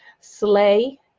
slay